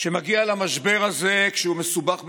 שמגיע למשבר הזה כשהוא מסובך בפלילים,